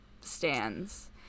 stands